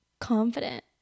confident